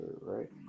Right